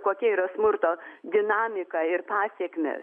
kokia yra smurto dinamika ir pasekmės